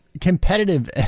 competitive